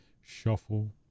shuffle